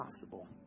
possible